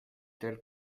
telle